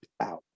out